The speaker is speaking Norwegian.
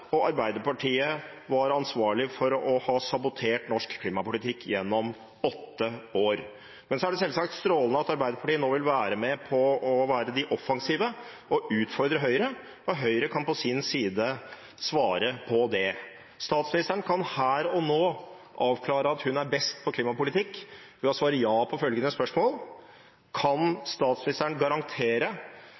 og Arbeiderpartiet var ansvarlig for å ha sabotert norsk klimapolitikk gjennom åtte år. Men det er selvsagt strålende at Arbeiderpartiet nå vil være med på å være de offensive og utfordre Høyre. Og Høyre kan på sin side svare på det. Statsministeren kan her og nå avklare at hun er best på klimapolitikk ved å svare ja på følgende spørsmål: Kan statsministeren garantere